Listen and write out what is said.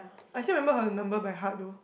I still remember her number by heart though